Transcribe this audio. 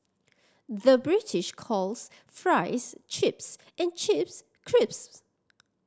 the British calls fries chips and chips crisps